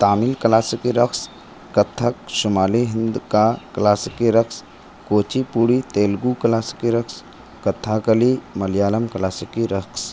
تامل کلاسیکی رقص کتھک شمالی ہند کا کلاسیکی رقص کوچی پوڑی تیلگو کلاسیکی رقص کتھاکلی ملیالم کلاسیکی رقص